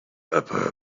upper